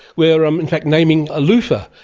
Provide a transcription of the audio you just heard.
we are um in fact naming a luffa,